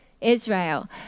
Israel